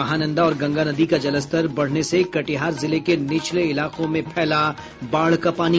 महानंदा और गंगा नदी का जलस्तर बढ़ने से कटिहार जिले के निचले इलाकों में फैला बाढ़ का पानी